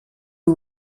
who